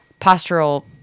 postural